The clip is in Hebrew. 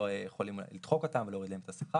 בטח שלא כשהם יכולים לדחוק אותם ולהוריד להם את השכר.